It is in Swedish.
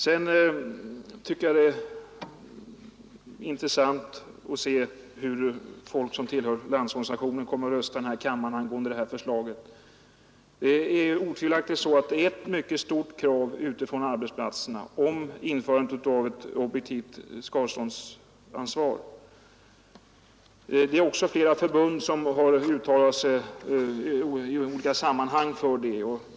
Det skall bli intressant att se hur folk som tillhör Landsorganisationen kommer att rösta här i kammaren angående detta förslag. Det är otvivelaktigt ett mycket starkt krav ute från arbetsplatserna på införande av ett objektivt skadeståndsansvar. Flera förbund har i olika sammanhang uttalat sig för detta.